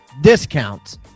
discounts